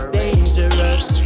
dangerous